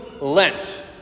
Lent